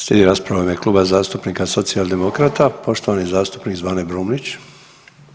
Slijedi rasprava u ime Kluba zastupnika Socijaldemokrata poštovani zastupnik Zvane Brumnić.